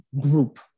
group